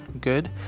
good